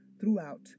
throughout